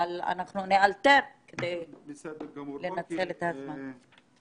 אבל אנחנו נאלתר כדי לנצל את הזמן.